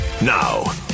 Now